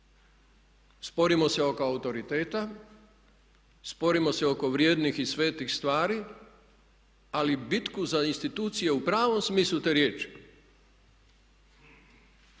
Sporimo se oko autoriteta, sporimo se oko vrijednih i svetih stvari ali bitku za institucije u pravom smislu te riječi